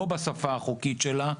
לא בשפה החוקית שלה,